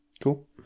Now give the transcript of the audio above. Cool